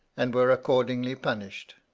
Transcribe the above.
and were accordingly punished.